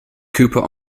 cooper